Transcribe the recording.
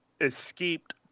escaped